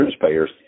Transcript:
payers